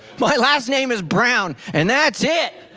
my last name is brown and that's it.